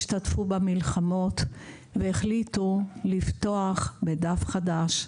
השתתפו במלחמות והחליטו לפתוח בדף חדש.